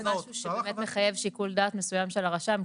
זה נראה לי משהו שבאמת מחייב שיקול דעת מסוים של הרשם.